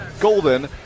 Golden